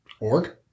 org